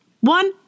one